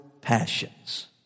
passions